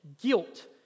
Guilt